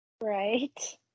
Right